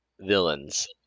villains